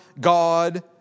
God